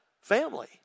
family